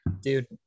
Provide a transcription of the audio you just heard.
dude